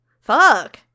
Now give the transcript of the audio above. fuck